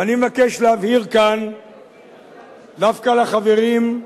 ואני מבקש להבהיר כאן דווקא לחברים,